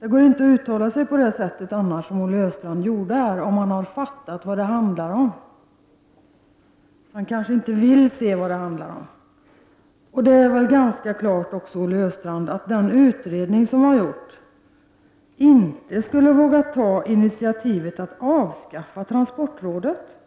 dem. Om man har fattat vad det handlar om är det omöjligt att uttala sig som Olle Östrand här gjorde. Men Olle Östrand kanske inte vill se vad det handlar om. Det är väl, Olle Östrand, ganska klart att den utredning som har arbetat med detta inte skulle våga ta initiativet att avskaffa transportrådet.